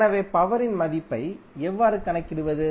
எனவே பவரின் மதிப்பை எவ்வாறு கணக்கிடுவது